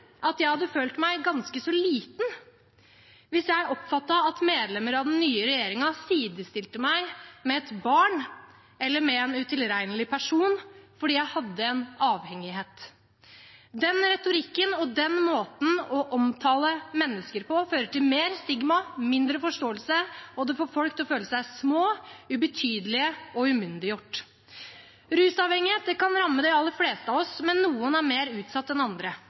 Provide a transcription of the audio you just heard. at jeg hadde følt meg ganske så liten hvis jeg oppfattet at medlemmer av den nye regjeringen sidestilte meg med et barn eller med en utilregnelig person fordi jeg hadde en avhengighet. Den retorikken og den måten å omtale mennesker på fører til mer stigma, mindre forståelse, og det får folk til å føle seg små, ubetydelige og umyndiggjort. Rusavhengighet kan ramme de aller fleste av oss, men noen er mer utsatt enn andre.